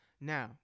Now